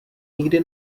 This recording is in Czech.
nikdy